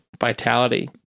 Vitality